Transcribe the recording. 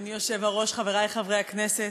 אדוני היושב-ראש, חברי חברי הכנסת,